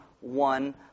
one